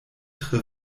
tre